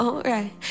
Alright